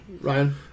Ryan